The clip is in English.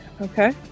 Okay